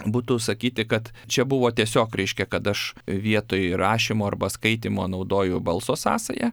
būtų sakyti kad čia buvo tiesiog reiškia kad aš vietoj rašymo arba skaitymo naudoju balso sąsają